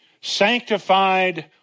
sanctified